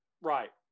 Right